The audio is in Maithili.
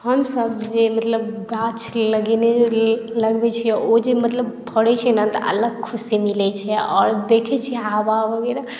हमसभ जे मतलब गाछ लगेने छी मतलब लगबैत छी ओ जे मतलब फड़ैत छै ने तऽ अलग खुशी मिलैत छै आओर देखैत छी हवा वगैरह